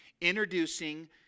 introducing